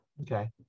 Okay